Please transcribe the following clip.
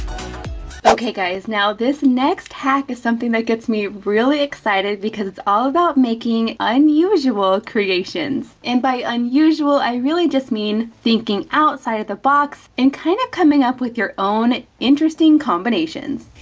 okay guys, now this next hack is something that gets me really excited because it's all about making unusual creations. and by unusual, i really just mean, thinking outside of the box, and kind of coming up with your own interesting combinations.